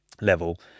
level